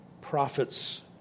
prophets